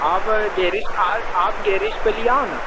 आप गैरिज आप गैरिज पर लिआओ न